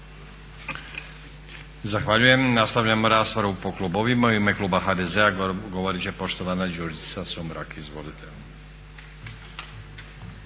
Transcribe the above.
Zahvaljujem. Nastavljamo raspravu po klubovima. U ime kluba HDZ-a govorit će poštovana Đurđica Sumrak.